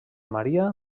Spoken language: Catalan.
maria